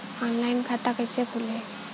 Online खाता कइसे खुली?